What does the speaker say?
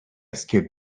skip